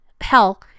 hell